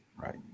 Right